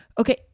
Okay